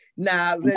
now